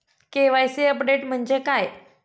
KYC update म्हणजे काय?